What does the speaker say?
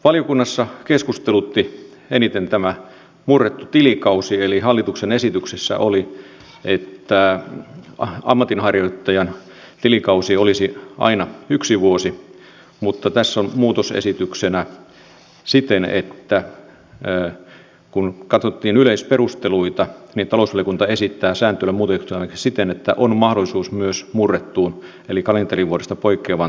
valiokunnassa keskustelutti eniten tämä murrettu tilikausi eli hallituksen esityksessä oli että ammatinharjoittajan tilikausi olisi aina yksi vuosi mutta tässä on muutosesityksenä siten että kun katsottiin yleisperusteluita niin talousvaliokunta esittää sääntelyä muutettavaksi siten että on mahdollisuus myös murrettuun eli kalenterivuodesta poikkeavaan tilikauteen